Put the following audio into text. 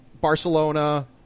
Barcelona